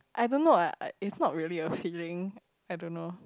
I don't know ah it's not really a feeling I don't know